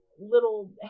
little